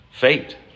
fate